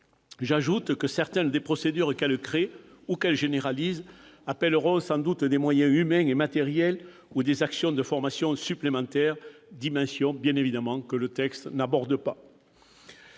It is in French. J'ajoute que certaines des procédures qu'elle crée, ou qu'elle généralise, appelleront sans doute des moyens humains et matériels ou des actions de formation supplémentaires, dimension que le texte n'aborde pas.